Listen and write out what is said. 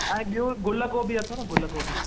ऐं ॿियो गुल गोभी अथव गुल गोभी